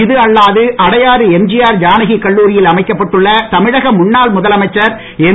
இது அல்லாது அடையாறு எம்ஜிஆர் ஜானகி கல்லூரியில் அமைக்கப்பட்டுள்ள தமிழக முன்னாள் முதலமைச்சர் எம்